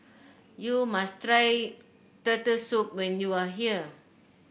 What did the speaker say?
you must try Turtle Soup when you are here